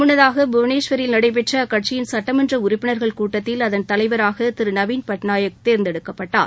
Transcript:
முன்னதாக புவனேஸ்வரில் நடைபெற்ற அக்கட்சியின் சட்டமன்ற உறுப்பினர்கள் கூட்டத்தில் அதன் தலைவராக திரு நவீன் பட்நாயக் தேர்ந்தெடுக்கப்பட்டார்